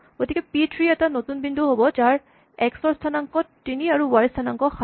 গতিকে P three এটা নতুন বিন্দু হ'ব যাৰ এক্স ৰ স্হানাংক ৩ আৰু ৱাই ৰ স্হানাংক ৭